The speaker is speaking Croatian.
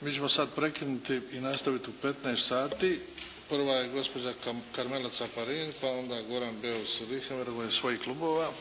Mi ćemo sad prekinuti i nastaviti u 15 sati. Prva je gospođa Karmela Caparin, pa onda Goran Beus Richembergh u ime svojih klubova,